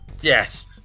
yes